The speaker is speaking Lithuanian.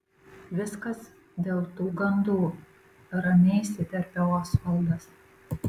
viskas dėl tų gandų ramiai įsiterpia osvaldas